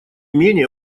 менее